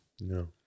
no